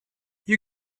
you